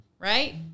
Right